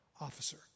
officer